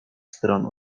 stron